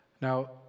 Now